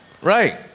Right